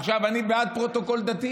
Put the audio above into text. עכשיו, אני בעד פרוטוקול דתי